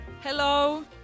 Hello